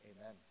Amen